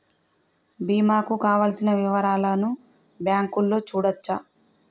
బీమా కు కావలసిన వివరాలను బ్యాంకులో చూడొచ్చా?